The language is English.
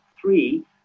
three